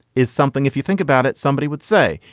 it's something if you think about it, somebody would say,